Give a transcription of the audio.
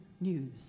news